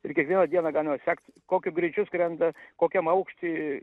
ir kiekvieną dieną galima sekt kokiu greičiu skrenda kokiam aukšty